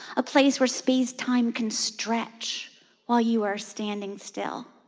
a place where space-time can stretch while you are standing still.